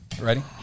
Ready